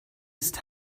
ist